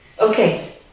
Okay